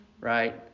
Right